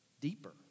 deeper